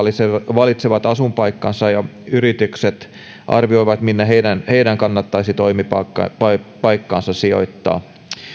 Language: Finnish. valitsevat asuinpaikkansa ja yritykset arvioivat minne heidän heidän kannattaisi toimipaikkansa toimipaikkansa sijoittaa